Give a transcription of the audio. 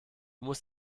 musst